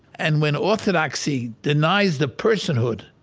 and when orthodoxy denies the personhood,